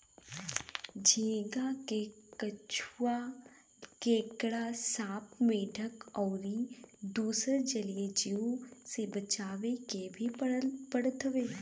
झींगा के कछुआ, केकड़ा, सांप, मेंढक अउरी दुसर जलीय जीव से बचावे के भी पड़त हवे